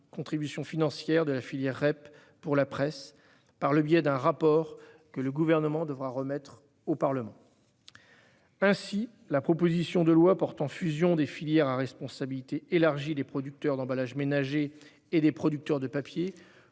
contributions financières de la filière REP pour la presse, par le biais d'un rapport que le Gouvernement devra remettre au Parlement. Ainsi, la proposition de loi portant fusion des filières à responsabilité élargie des producteurs d'emballages ménagers et des producteurs de papier